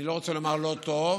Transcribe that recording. אני לא רוצה לומר "לא טוב",